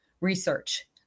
research